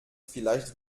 vielleicht